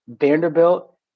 Vanderbilt